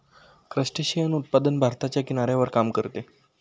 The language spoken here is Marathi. क्रस्टेशियन उत्पादन भारताच्या किनाऱ्यावर काम करते